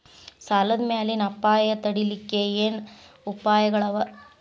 ಸಾಲದ್ ಮ್ಯಾಲಿನ್ ಅಪಾಯ ತಡಿಲಿಕ್ಕೆ ಏನ್ ಉಪಾಯ್ಗಳವ?